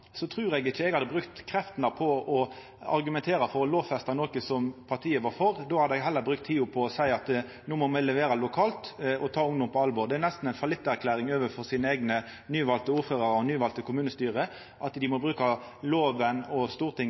trur eg ikkje eg hadde brukt kreftene på å argumentera for å lovfesta noko som partiet var for – då hadde eg heller brukt tida på å seia at no må me levera lokalt og ta ungdom på alvor. Det er nesten ei fallitterklæring overfor sine eigne nyvalde ordførarar og nyvalde kommunestyre at dei må bruka loven og Stortinget